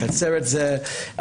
לקצר את זה,